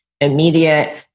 immediate